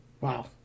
Wow